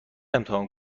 امتحان